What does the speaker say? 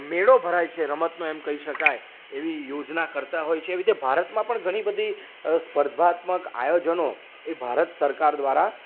મેળો ભરાય છે રમતનો એમ કહી શકાય એવી યોજના કરતા હોય છે એવી રીતે ભારતમાં પણ ઘણી બધી સ્પર્ધાત્મક આયોજનો એ ભારત સરકાર દ્વારા